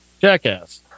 Jackass